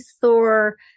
Thor